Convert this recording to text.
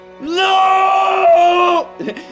No